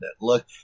look